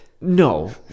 No